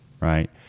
right